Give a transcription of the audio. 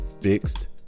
fixed